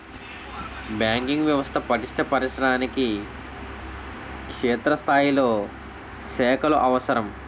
banking వ్యవస్థ పటిష్ట పరచడానికి క్షేత్రస్థాయిలో శాఖలు అవసరం